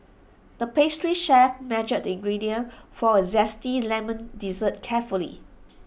the pastry chef measured the ingredients for A Zesty Lemon Dessert carefully